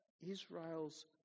Israel's